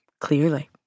clearly